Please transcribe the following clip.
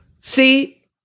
See